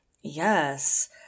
Yes